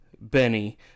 Benny